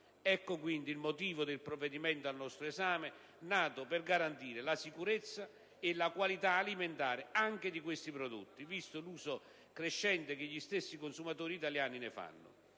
Ecco, quindi, il motivo del provvedimento al nostro esame, nato per garantire la sicurezza e la qualità alimentare anche di questi prodotti, visto l'uso crescente che gli stessi consumatori italiani ne fanno.